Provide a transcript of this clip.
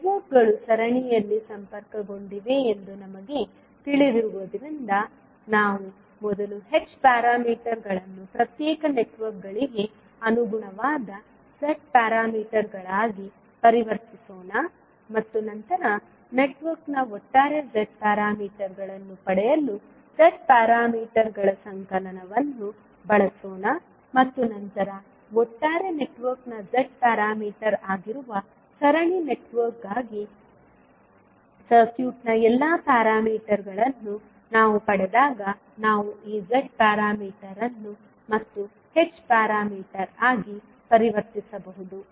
ನೆಟ್ವರ್ಕ್ಗಳು ಸರಣಿಯಲ್ಲಿ ಸಂಪರ್ಕಗೊಂಡಿವೆ ಎಂದು ನಮಗೆ ತಿಳಿದಿರುವುದರಿಂದ ನಾವು ಮೊದಲು h ಪ್ಯಾರಾಮೀಟರ್ಗಳನ್ನು ಪ್ರತ್ಯೇಕ ನೆಟ್ವರ್ಕ್ಗಳಿಗೆ ಅನುಗುಣವಾದ z ಪ್ಯಾರಾಮೀಟರ್ಗಳಾಗಿ ಪರಿವರ್ತಿಸೋಣ ಮತ್ತು ನಂತರ ನೆಟ್ವರ್ಕ್ನ ಒಟ್ಟಾರೆ z ಪ್ಯಾರಾಮೀಟರ್ಗಳನ್ನು ಪಡೆಯಲು z ಪ್ಯಾರಾಮೀಟರ್ಗಳ ಸಂಕಲನವನ್ನು ಬಳಸೋಣ ಮತ್ತು ನಂತರ ಒಟ್ಟಾರೆ ನೆಟ್ವರ್ಕ್ನ z ಪ್ಯಾರಾಮೀಟರ್ ಆಗಿರುವ ಸರಣಿ ನೆಟ್ವರ್ಕ್ಗಾಗಿ ಸರ್ಕ್ಯೂಟ್ನ ಎಲ್ಲಾ ನಿಯತಾಂಕಗಳನ್ನು ನಾವು ಪಡೆದಾಗ ನಾವು ಈ z ಪ್ಯಾರಾಮೀಟರ್ ಅನ್ನು ಮತ್ತೆ h ಪ್ಯಾರಾಮೀಟರ್ ಆಗಿ ಪರಿವರ್ತಿಸಬಹುದು